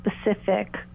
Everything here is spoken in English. specific